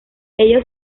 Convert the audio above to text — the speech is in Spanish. ello